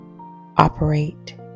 operate